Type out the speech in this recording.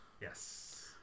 Yes